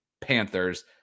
Panthers